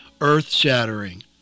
earth-shattering